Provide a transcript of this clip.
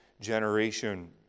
generation